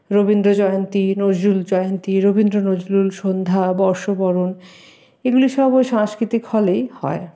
রবীন্দ্রজয়ন্তী নজরুলজয়ন্তী রবীন্দ্র নজরুল সন্ধ্যা বর্ষবরণ এগুলি সব ওই সাংস্কৃতিক হলেই হয়